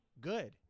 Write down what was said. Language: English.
Good